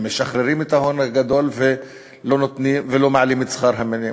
הם משחררים את ההון הגדול ולא מעלים את שכר המינימום,